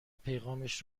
پیغامش